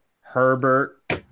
Herbert